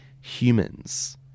humans